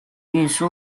运输